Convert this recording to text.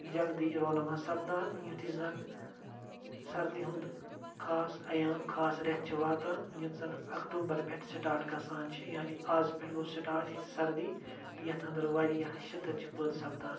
جلدی رونما سَپدان یُتھُے زَن سردی ہُنٛد خاص ایام خاص ریٚتھ چھِ واتان یِم زَن اَکتوٗبَر پٮ۪ٹھ سٹارٹ گژھان چھِ یعنی آز پٮ۪ٹھ گوٚو سِٹارٹ ییٚتہِ سردی تہٕ یَتھ انٛدر واریاہ شدت چھِ پٲد سَپدان